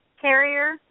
carrier